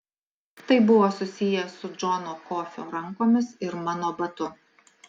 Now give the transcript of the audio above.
tai buvo susiję su džono kofio rankomis ir mano batu